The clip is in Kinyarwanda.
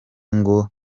ngo